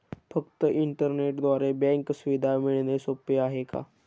फक्त इंटरनेटद्वारे बँक सुविधा मिळणे सोपे आहे का?